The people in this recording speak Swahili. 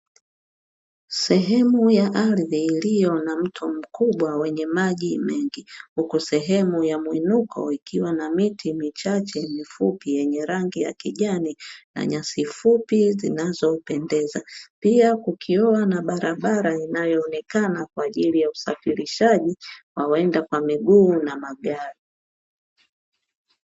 Sehemu ya ardhi iliyo na mto mkubwa wenye maji mengi, huku sehemu ya mwinuko ikiwa na miti michache mifupi yenye rangi ya kijani na nyasi fupi zinazopendeza. Pia kukiwemo na barabara inayoonekana kwa ajili ya usafirishaji wa waenda kwa miguu na magari.